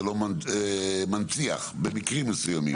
זה לא מנציח במקרים מסוימים.